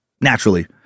naturally